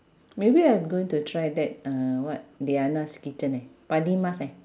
maybe I'm gonna try that uh what deanna's kitchen eh padi emas eh